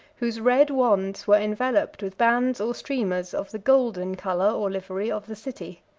whose red wands were enveloped with bands or streamers of the golden color or livery of the city.